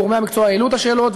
גורמי המקצוע העלו את השאלות,